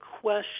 question